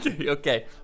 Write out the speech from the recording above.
Okay